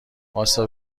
واستا